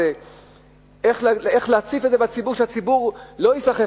איך לא להסכים לדבר הזה,